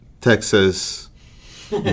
texas